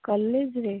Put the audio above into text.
କଲେଜରେ